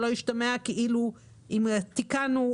שלא ישתמע כאילו אם תיקנו,